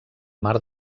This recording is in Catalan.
mar